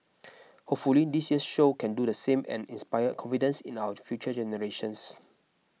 hopefully this year's show can do the same and inspire confidence in our future generations